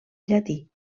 llatí